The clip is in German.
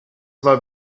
war